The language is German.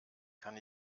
kann